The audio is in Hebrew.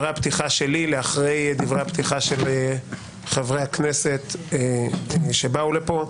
אני אשמור את דברי הפתיחה שלי אחרי דברי הפתיחה של חברי הכנסת שבאו לפה.